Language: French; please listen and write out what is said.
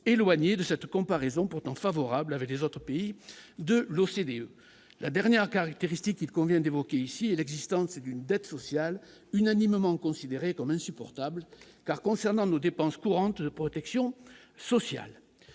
éloigné de cette comparaison, pourtant favorable avec les autres pays de l'OCDE, la dernière caractéristique, il convient d'évoquer ici et l'existence d'une dette sociale unanimement considéré comme insupportable car concernant nos dépenses courantes de protection sociale,